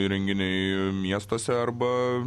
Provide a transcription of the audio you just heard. įrenginiai miestuose arba